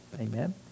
Amen